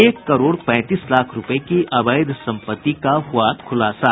एक करोड़ पैंतीस लाख रूपये की अवैध सम्पत्ति का हुआ खुलासा